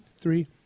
three